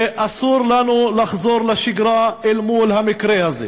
ואסור לנו לחזור לשגרה אל מול המקרה הזה.